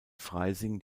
freising